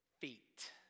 feet